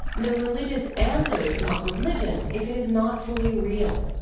the religious answer is not religion if it is not fully real.